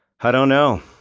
i don't know.